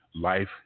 life